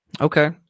Okay